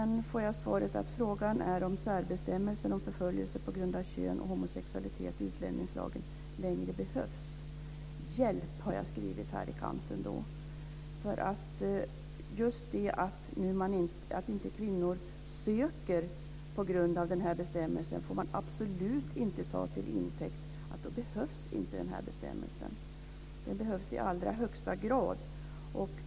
Sedan får jag veta i svaret att frågan är om särbestämmelsen om förföljelse på grund av kön och homosexualitet i utlänningslagen längre behövs. "Hjälp" har jag skrivit här i kanten. Just det faktum att kvinnor inte söker med stöd av den här bestämmelsen får man absolut inte ta till intäkt för att den här bestämmelsen inte behövs. Den behövs i allra högsta grad.